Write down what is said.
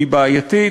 היא בעייתית,